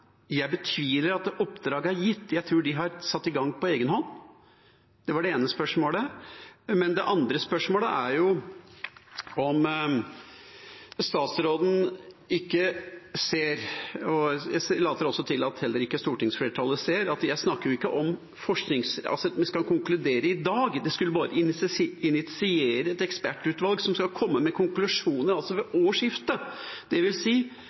satt i gang på egen hånd. Det var det ene spørsmålet. Det andre spørsmålet er om ikke statsråden ser, og det later altså til at heller ikke stortingsflertallet ser, at jeg ikke snakker om at vi skal konkludere i dag – det skulle bare initiere et ekspertutvalg som skal komme med konklusjoner ved årsskiftet. Det vil si at de har nye data kanskje i november, og så kommer forskningsresultatet da ved